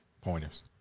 pointers